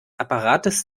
apparats